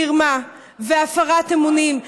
מרמה והפרת אמונים,